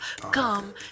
Come